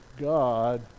God